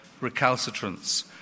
recalcitrance